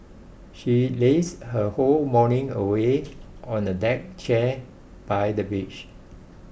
she lazed her whole morning away on a deck chair by the beach